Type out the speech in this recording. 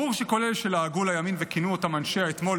ברור שכל אלה שלעגו לימין וכינו אותם "אנשי האתמול"